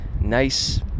nice